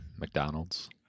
McDonald's